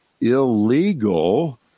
illegal